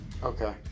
Okay